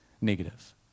negative